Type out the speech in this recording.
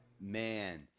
man